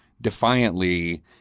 defiantly